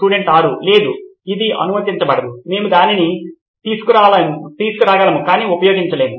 student 6 లేదు ఇది అనుమతించబడదు మేము దానిని తీసుకురాగలము కాని ఉపయోగించలేము